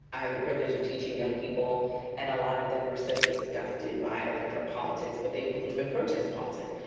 i have the privilege of teaching young people and a lot of them are so disgusted by electoral politics, but they believe in protest politics.